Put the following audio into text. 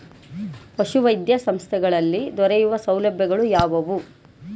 ಪಶುವೈದ್ಯ ಸಂಸ್ಥೆಗಳಲ್ಲಿ ದೊರೆಯುವ ಸೌಲಭ್ಯಗಳು ಯಾವುವು?